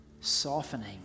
softening